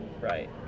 Right